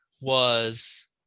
was-